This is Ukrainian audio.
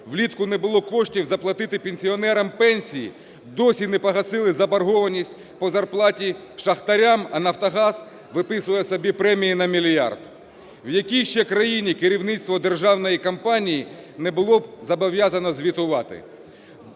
влітку не було коштів заплатити пенсіонерам пенсії, досі не погасили заборгованість по зарплаті шахтарям, а "Нафтогаз" виписує собі премії на мільярд. В якій ще країні керівництво державної компанії не було б зобов'язане звітувати?